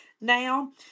now